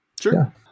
sure